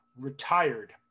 retired